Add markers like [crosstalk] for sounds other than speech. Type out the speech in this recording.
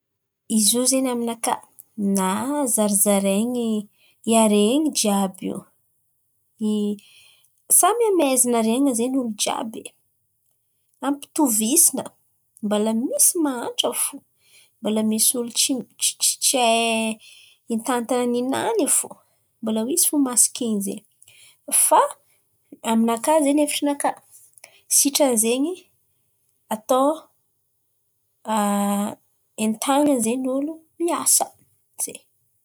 Izy io zen̈y aminakà na zarazarain̈y haren̈y jiàby io, samy amezan̈a haren̈a zen̈y olo jiàby, ampitovisin̈a, mbola misy mahantra fo, mbala misy olo tsy tsy tsy tsy tsy hahay hitantan̈a ninany fo, mbala misy fo masikin̈y zay. Fà aminakà zen̈y, hevitry nakà sitrany zen̈y atao [hesitation] entan̈ina zen̈y olo miasa, zay.